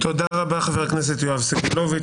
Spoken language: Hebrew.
תודה רבה, חבר הכנסת יואב סגלוביץ'.